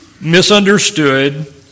misunderstood